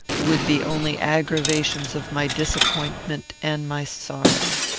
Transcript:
would be only aggravations of my disappointment and my sorrow.